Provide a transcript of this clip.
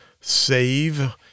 save